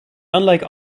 unlike